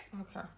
Okay